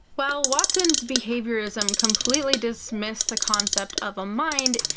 while watson's behaviorism completely dismissed the concept of a mind,